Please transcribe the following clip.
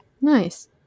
Nice